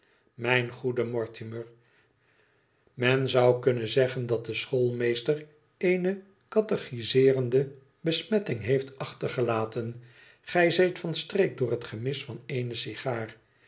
mijn goede mortimer men zou zeggen dat de schoolmeester eene catechizeerende besmetting heeft achtergelaten gij zijt van streek door het genus van eene